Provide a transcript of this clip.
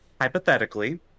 hypothetically